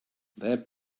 that